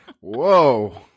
Whoa